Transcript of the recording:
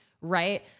right